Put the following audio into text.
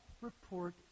report